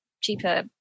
cheaper